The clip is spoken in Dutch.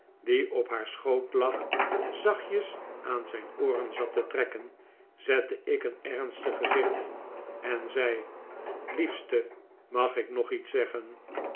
die op haar school lag zachtjes aan zijn ooren zat te trekken zette ik een ernstig gezicht en zei liefste mag ik hog iets zeggen